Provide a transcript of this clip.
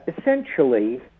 Essentially